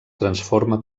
transforma